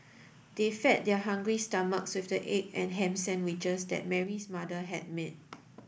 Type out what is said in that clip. they fed their hungry stomach with the egg and ham sandwiches that Mary's mother had made